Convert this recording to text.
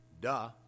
Duh